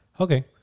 okay